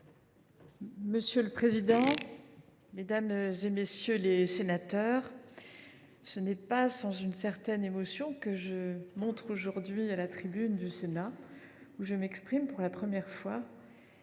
Monsieur le président, mesdames, messieurs les sénateurs, ce n’est pas sans une certaine émotion que je monte aujourd’hui à la tribune du Sénat, où je m’exprime pour la première fois,